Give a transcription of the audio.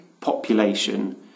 population